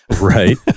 Right